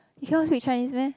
you cannot speak Chinese meh